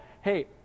Hey